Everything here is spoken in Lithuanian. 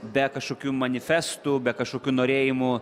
be kažkokių manifestų be kažkokių norėjimų